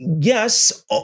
Yes